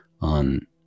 on